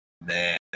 Man